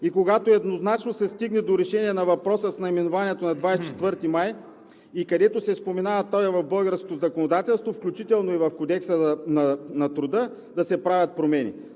и когато еднозначно се стигне до решение на въпроса с наименованието на 24 май, и където се споменава той в българското законодателство, включително и в Кодекса на труда, да се правят промени.